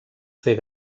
fer